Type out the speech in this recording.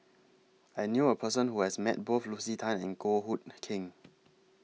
I knew A Person Who has Met Both Lucy Tan and Goh Hood Keng